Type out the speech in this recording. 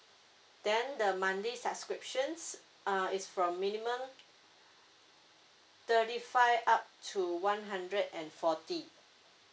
then the monthly subscriptions uh it's from minimum thirty five up to one hundred and forty